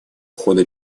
хода